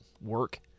work